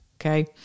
Okay